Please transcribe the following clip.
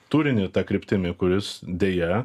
turinį ta kryptimi kuris deja